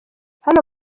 hano